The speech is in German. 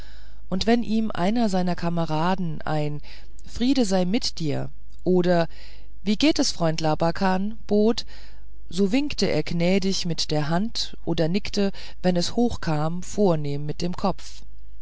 und wenn ihm einer seiner kameraden ein friede sei mit dir oder wie geht es freund labakan bot so winkte er gnädig mit der hand oder nickte wenn es hoch kam vornehm mit dem kopf